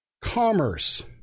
commerce